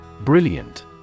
Brilliant